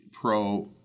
pro